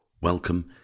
Welcome